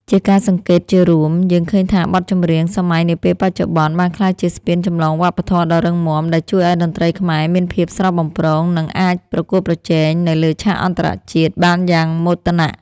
ជាការសង្កេតជារួម យើងឃើញថាបទចម្រៀងសម័យនាពេលបច្ចុប្បន្នបានក្លាយជាស្ពានចម្លងវប្បធម៌ដ៏រឹងមាំ ដែលជួយឱ្យតន្ត្រីខ្មែរមានភាពស្រស់បំព្រង និងអាចប្រកួតប្រជែងនៅលើឆាកអន្តរជាតិបានយ៉ាងមោទនៈ។